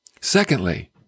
Secondly